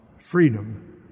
freedom